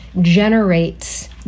generates